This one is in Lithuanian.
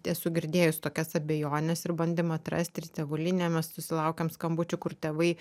esu girdėjus tokias abejones ir bandymą atrasti tėvų linija mes susilaukiam skambučių kur tėvai